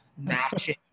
matching